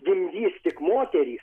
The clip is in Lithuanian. gimdys tik moterys